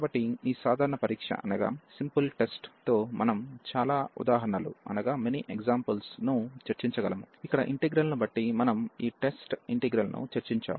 కాబట్టి ఈ సాధారణ పరీక్షతో మనం చాలా ఉదాహరణలను చర్చించగలము ఇక్కడ ఇంటిగ్రల్ ను బట్టి మనం ఈ టెస్ట్ ఇంటిగ్రల్ ను చర్చించాము